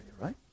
right